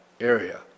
area